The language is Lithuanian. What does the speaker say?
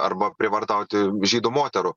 arba prievartauti žydų moterų